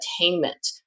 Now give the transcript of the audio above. attainment